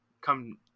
come